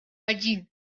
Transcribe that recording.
один